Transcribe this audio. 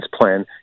plan